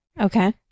Okay